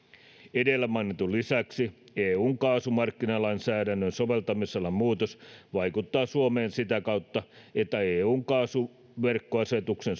edellä mainitun lisäksi eun kaasumarkkinalainsäädännön soveltamisalan muutos vaikuttaa suomeen sitä kautta että eun kaasuverkkoasetuksen